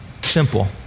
Simple